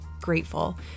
grateful